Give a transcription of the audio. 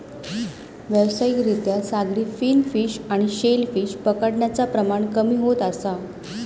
व्यावसायिक रित्या सागरी फिन फिश आणि शेल फिश पकडण्याचा प्रमाण कमी होत असा